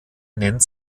nennt